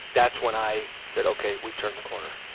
that's when i said ok we've turned the corner.